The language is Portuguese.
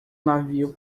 navio